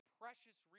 precious